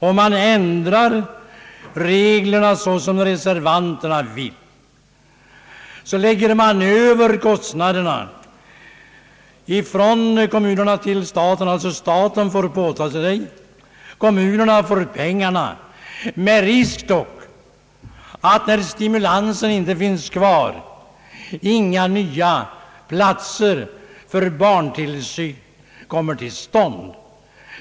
Om reglerna ändras så som reservanterna föreslår, läggs kostnaderna över från kommunerna till staten. Kommunerna får således pengar med risk för att — när stimulansen inte finns kvar — deras intresse att skapa nya platser för barntillsyn minskar.